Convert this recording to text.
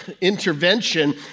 intervention